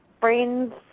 friends